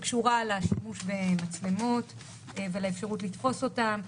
שקשורה לשימוש במצלמות ולאפשרות לתפוס אותם,